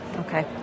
Okay